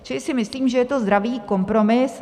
Čili si myslím, že je to zdravý kompromis.